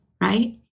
right